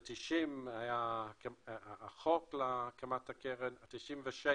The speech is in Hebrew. ב-1990 היה החוק להקמת הקרן וב-1996